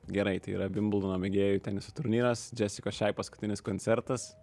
gerai tai yra vimbldono mėgėjų teniso turnyras džesikos šai paskutinis koncertas